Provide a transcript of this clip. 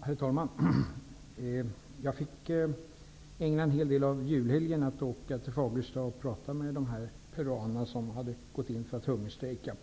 Herr talman! Jag fick ägna en hel del av julhelgen till att åka till Fagersta och prata med dessa peruaner, som hade gått in för att hungerstrejka.